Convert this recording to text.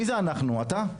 מי זה אנחנו אתה?